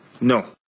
No